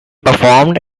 performed